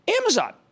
Amazon